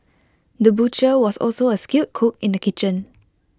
the butcher was also A skilled cook in the kitchen